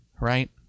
Right